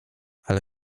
ale